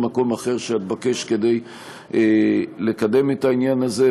מקום אחר שאתבקש כדי לקדם את העניין הזה,